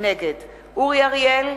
נגד אורי אריאל,